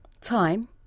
Time